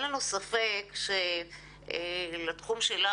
אין לנו ספק שלתחום שלך,